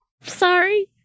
Sorry